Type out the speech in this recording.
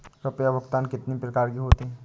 रुपया भुगतान कितनी प्रकार के होते हैं?